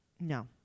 no